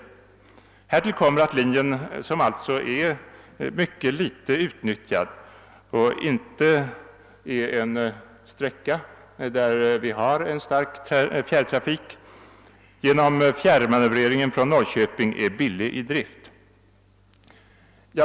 Härtill kommer att linjen, som alltså är mycket litet utnyttjad och där det inte förekommer någon stark fjärrtrafik, är billig i drift på grund av fjärrmanövreringen från Norrköping.